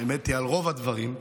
האמת היא שעל רוב הדברים,